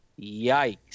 yikes